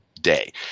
day